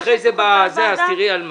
תסתכלי אחרי זה בזה אז תראי על מה.